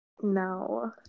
No